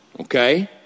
okay